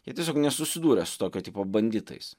jie tiesiog nesusidūrę su tokio tipo banditais